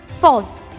False